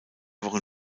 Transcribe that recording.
wochen